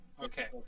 Okay